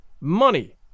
Money